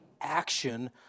action